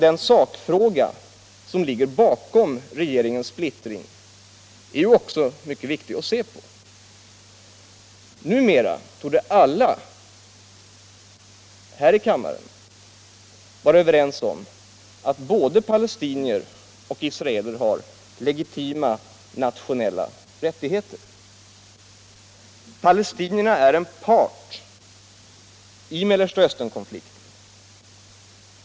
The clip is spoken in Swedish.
Den sakfråga som ligger bakom regeringens splittring är också mycket viktig att se på. Numera torde alla här i kammaren vara överens om att både palestinier och israeler har legitima nationella rättigheter. Palestinierna är en part i Mellersta Östern-konflikten.